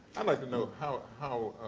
i'd like to know how how